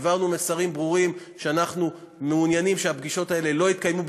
העברנו מסרים ברורים שאנחנו מעוניינים שהפגישות האלה לא יתקיימו,